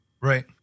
Right